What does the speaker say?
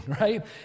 right